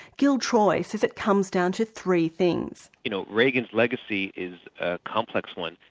gil troy says it comes down to three things. you know, reagan's legacy is a complex one.